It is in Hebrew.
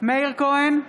מאיר כהן,